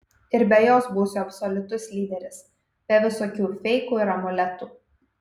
ir be jos būsiu absoliutus lyderis be visokių feikų ir amuletų